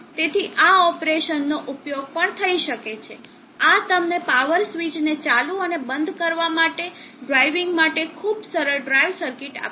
તેથી આ ઓપરેશનનો ઉપયોગ પણ થઈ શકે છે આ તમને પાવર સ્વીચને ચાલુ અને બંધ કરવા માટે ડ્રાઇવિંગ માટે ખૂબ સરળ ડ્રાઇવ સર્કિટ આપશે